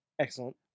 Excellent